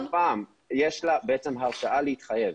-- בכל פעם יש לה הרשאה להתחייב.